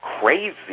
crazy